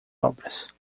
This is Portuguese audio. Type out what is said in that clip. obras